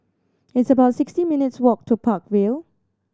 it's about sixty minutes' walk to Park Vale